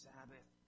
Sabbath